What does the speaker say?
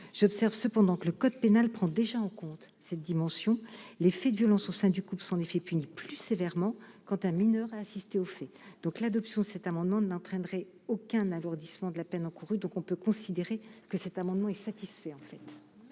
j'observe cependant que le code pénal prend déjà en compte cette dimension, les faits de violence au sein du groupe sont en effet punis plus sévèrement quand un mineur a assisté aux faits, donc l'adoption de cet amendement n'entraînerait aucun alourdissement de la peine encourue, donc on peut considérer que cet amendement est satisfait en fait.